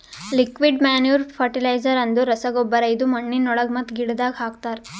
liquid manure fertiliser ಅಂದುರ್ ರಸಗೊಬ್ಬರ ಇದು ಮಣ್ಣಿನೊಳಗ ಮತ್ತ ಗಿಡದಾಗ್ ಹಾಕ್ತರ್